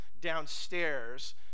downstairs